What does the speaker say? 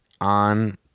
on